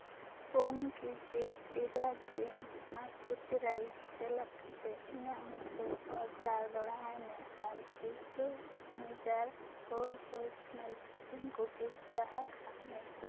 ᱯᱩᱱ ᱠᱮᱡᱤ ᱴᱤᱨᱟᱹ greens basmati rice ᱥᱮᱞᱮᱫ ᱠᱟᱛᱮᱫ ᱤᱧᱟᱹᱜ ᱢᱩᱪᱟᱹᱫ ᱚᱰᱟᱨ ᱫᱚᱦᱲᱟᱭ ᱢᱮ ᱟᱨ Fresho signature whole wheat multigrain ᱠᱩᱠᱤᱡᱽ ᱥᱟᱦᱟ ᱠᱟᱜ ᱢᱮ